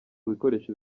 bikoresho